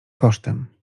kosztem